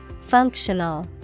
Functional